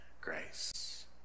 grace